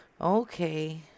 Okay